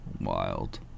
Wild